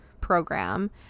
program